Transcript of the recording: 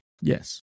yes